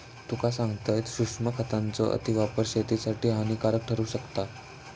तुका सांगतंय, सूक्ष्म खतांचो अतिवापर शेतीसाठी हानिकारक ठरू शकता